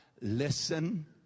listen